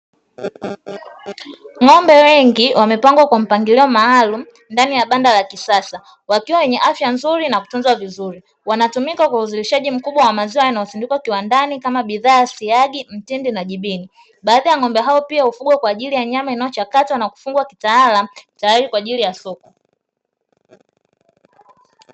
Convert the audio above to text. Ng'ombe wengi wamepangwa kwa mpangilio maalumu ndani ya banda la kisasa wakiwa wenye afya nzuri na kutunzwa vizuri. Wanatumika kwa uzalishaji mkubwa wa maziwa yanayosindikwa kiwandani kama bidhaa ya siagi, mtindi, na jibini. Baadhi ya ng'ombe hao pia hufugwa kwa ajili ya nyama inayochakatwa na kufungwa kitaalamu tayari kwa ajili ya soko.